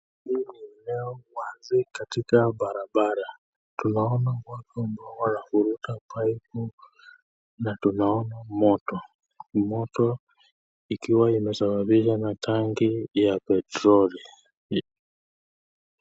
Hili ni eneo wazi katika barabara. Tunaona watu ambao wanavuruta paipu na tunaona moto. Moto ikiwa imesababishwa na tanki ya petroli.